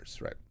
right